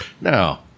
Now